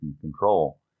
control